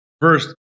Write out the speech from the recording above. first